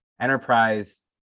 Enterprise